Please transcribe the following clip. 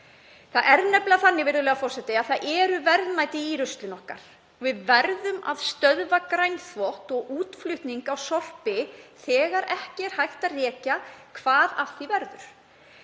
Það er nefnilega þannig, virðulegur forseti, að það eru verðmæti í ruslinu okkar. Við verðum að stöðva grænþvott og útflutning á sorpi þegar ekki er hægt að rekja hvað af því verður.